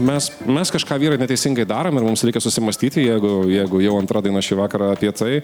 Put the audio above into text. mes mes kažką vyrai neteisingai darom ir mums reikia susimąstyti jeigu jeigu jau antra daina šį vakarą apie tai